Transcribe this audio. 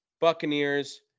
Buccaneers